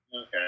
Okay